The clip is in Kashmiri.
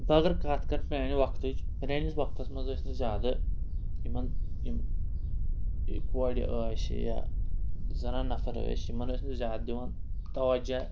بہٕ اگر کَتھ کَرٕ پرٛانہِ وقتٕچ پرٛٲنِس وقتَس منٛز ٲسۍ نہٕ زیادٕ یِمَن یِم کورِ ٲسۍ یا زَنان نَفَر ٲسۍ یِمَن ٲسۍ نہٕ زیادٕ دِوان توجہ